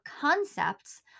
concepts